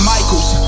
Michaels